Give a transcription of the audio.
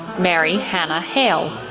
mary hannah hale,